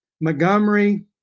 Montgomery